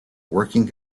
working